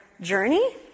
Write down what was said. journey